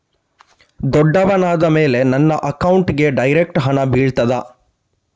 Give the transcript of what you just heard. ದೊಡ್ಡವನಾದ ಮೇಲೆ ನನ್ನ ಅಕೌಂಟ್ಗೆ ಡೈರೆಕ್ಟ್ ಹಣ ಬೀಳ್ತದಾ?